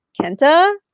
Kenta